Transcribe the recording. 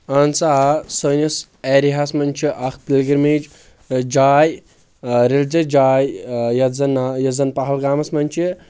اہن سا آ سٲنِس ایریا ہس منٛز چھِ اکھ پلگرٛمیج جاے ریٚلجس جاے یتھ زن ناو یۄس زن پہلگامس منٛز چھِ